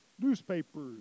newspapers